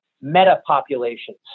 meta-populations